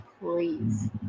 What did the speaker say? please